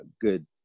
good